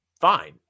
fine